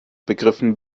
begriffen